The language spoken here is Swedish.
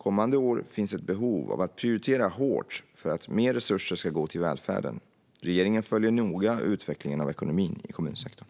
Kommande år finns ett behov av att prioritera hårt för att mer resurser ska gå till välfärden. Regeringen följer noga utvecklingen av ekonomin i kommunsektorn.